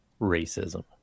racism